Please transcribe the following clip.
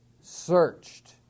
searched